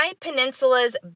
Peninsula's